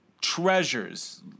treasures